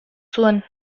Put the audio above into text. zuen